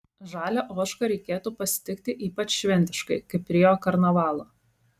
žalią ožką reikėtų pasitikti ypač šventiškai kaip rio karnavalą